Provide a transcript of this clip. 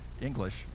English